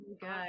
Good